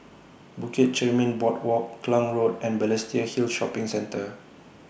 Bukit Chermin Boardwalk Klang Road and Balestier Hill Shopping Centre